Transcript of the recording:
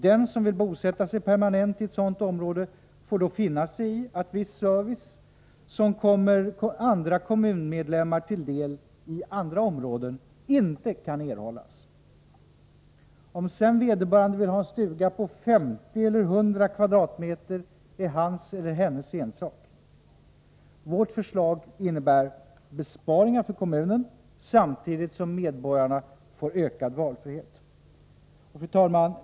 Den som vill bosätta sig permanent inom ett sådant område får då finna sig i att viss kommunal service, som kommer andra kommunmedlemmar till del i andra områden, inte kan erhållas. Om sedan vederbörande vill ha en stuga på 50 eller 100 m? är vederbörandes ensak. Vårt förslag innebär besparingar för kommunen samtidigt som medborgarna får ökad valfrihet. Fru talman!